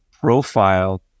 profile